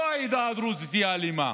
לא העדה הדרוזית אלימה.